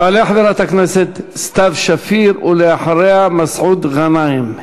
תעלה חברת הכנסת סתיו שפיר, ואחריה, מסעוד גנאים.